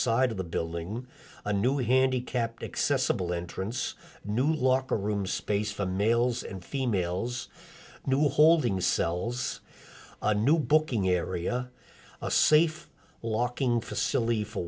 side of the building a new handicapped accessible entrance new locker room space for males and females new holding cells a new booking area a safe locking facility for